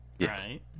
Right